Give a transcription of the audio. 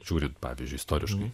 žiūrint pavyzdžiui istoriškai